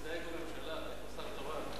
מסתייג, בתור שר תורן.